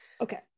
Okay